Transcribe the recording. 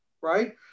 right